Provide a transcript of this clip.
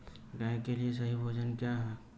गाय के लिए सही भोजन क्या है?